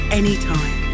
anytime